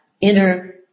inner